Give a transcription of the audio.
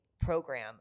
program